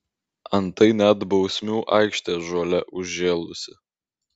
antai net bausmių aikštė žole užžėlusi